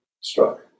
struck